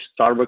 Starbucks